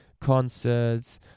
concerts